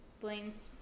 Blaine's